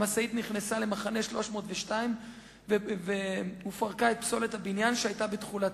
המשאית נכנסה למחנה 302 ופרקה את פסולת הבניין שהיתה תכולתה.